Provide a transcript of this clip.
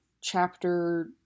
chapter